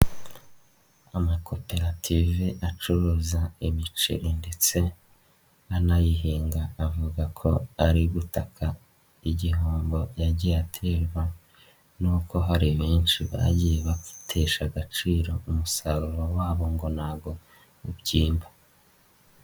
Amakoperative acuruza ibiceri ndetse anayihinga avuga ko ari gutaka igihombo yagiye aterwa n'uko hari benshi bagiye batesha agaciro umusaruro wabo ngo ntago ubyimba.